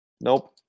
Nope